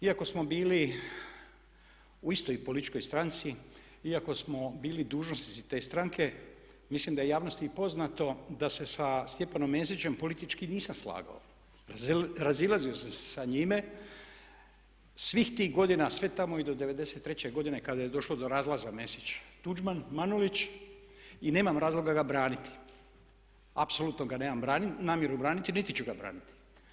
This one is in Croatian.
Iako smo bili u istoj političkoj stranci, iako smo bili dužnosnici te stranke, mislim da je i javnosti poznato da se sa Stjepanom Mesićem politički i nisam slagao, razilazio sam se sa njime, svih tih godina, sve tamo i do 93.-te godine kada je došlo do razlaza Mesić-Tuđman-Manolić i nemam razloga ga braniti, apsolutno ga nemam namjeru braniti niti ću ga braniti.